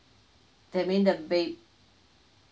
that mean the bab~